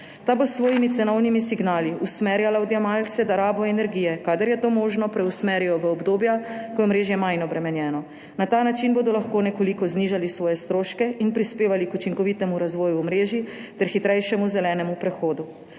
Ta bo s svojimi cenovnimi signali usmerjala odjemalce, da rabo energije, kadar je to možno, preusmerijo v obdobja, ko je omrežje manj obremenjeno. Na ta način bodo lahko nekoliko znižali svoje stroške in prispevali k učinkovitemu razvoju omrežij ter hitrejšemu zelenemu prehodu.